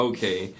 Okay